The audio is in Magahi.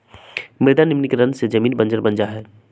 मृदा निम्नीकरण से जमीन बंजर बन जा हई